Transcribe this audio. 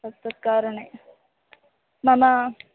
तत् कारणे मम